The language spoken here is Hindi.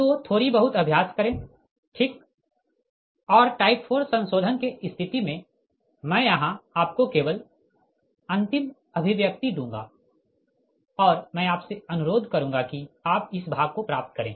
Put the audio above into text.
तो थोड़ी बहुत अभ्यास करें ठीक और टाइप 4 संशोधन के स्थिति में मैं यहाँ आपको केवल अंतिम अभिव्यक्ति दूँगा और मैं आपसे अनुरोध करूँगा कि आप इस भाग को प्राप्त करें